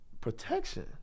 protection